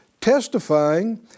testifying